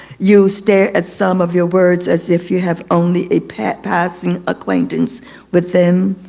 you stare at some of your words as if you have only a passing acquaintance with them.